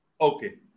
Okay